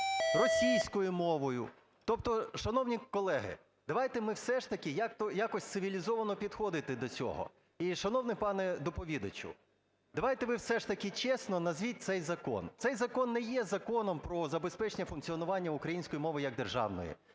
російською мовою. Тобто, шановні колеги, давайте ми все ж таки якось цивілізовано підходити до цього. І, шановний пане доповідачу, давайте ви все ж таки чесно назвіть цей закон. Цей закон не є законом про забезпечення функціонування української мови як державної.